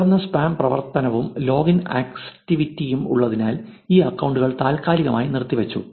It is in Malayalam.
ഉയർന്ന സ്പാം പ്രവർത്തനവും ലോഗിൻ ആക്റ്റിവിറ്റിയും ഉള്ളതിനാൽ ഈ അക്കൌണ്ടുകൾ താൽക്കാലികമായി നിർത്തിവച്ചു